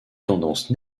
tendance